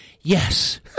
Yes